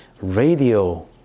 radio